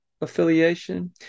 affiliation